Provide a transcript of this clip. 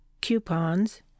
coupons